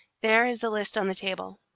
there is the list on the table.